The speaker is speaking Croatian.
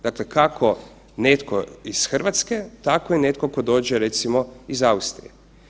Dakle, kako netko iz Hrvatske, tako i netko tko dođe, recimo iz Austrije.